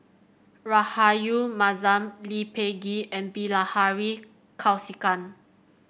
Rahayu Mahzam Lee Peh Gee and Bilahari Kausikan